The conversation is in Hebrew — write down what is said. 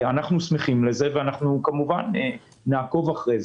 אנחנו שמחים על זה וכמובן נעקוב אחרי זה.